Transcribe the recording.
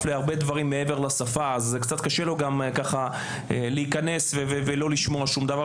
להרבה דברים מעבר לשפה אז קשה לו להיכנס ולא לשמוע דבר